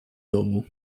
domu